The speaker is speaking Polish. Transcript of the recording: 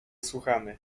słuchamy